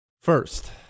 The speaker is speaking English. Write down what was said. First